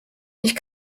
ich